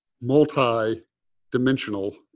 multi-dimensional